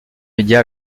média